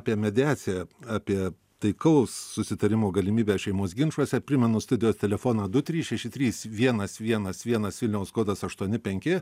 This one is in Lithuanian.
apie mediaciją apie taikaus susitarimo galimybę šeimos ginčuose primenu studijos telefoną du trys šeši trys vienas vienas vienas vilniaus kodas aštuoni penki